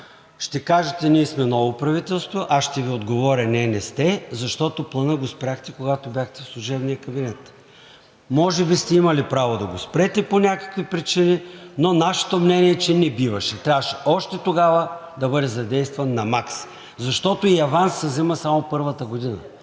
ще кажете: ние сме ново правителство, аз ще Ви отговоря: не, не сте, защото Планът го спряхте, когато бяхте в служебния кабинет. Може би сте имали право да го спрете по някакви причини, но нашето мнение е, че не биваше. Трябваше още тогава да бъде задействан на макс, защото и аванс се взима само първата година.